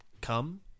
come